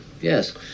Yes